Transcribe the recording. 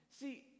See